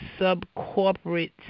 subcorporate